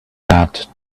that